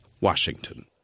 Washington